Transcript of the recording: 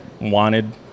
wanted